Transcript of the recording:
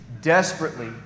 desperately